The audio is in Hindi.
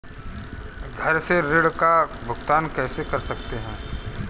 घर से ऋण का भुगतान कैसे कर सकते हैं?